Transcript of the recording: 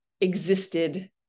existed